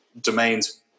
domains